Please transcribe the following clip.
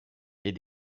les